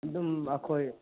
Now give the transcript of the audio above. ꯑꯗꯨꯝ ꯑꯈꯣꯏ